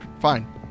Fine